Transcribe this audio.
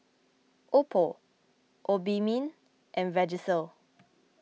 Oppo Obimin and Vagisil